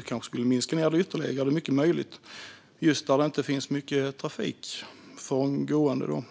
Vi kanske skulle minska antalet ytterligare där det inte finns mycket trafik med gående.